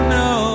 no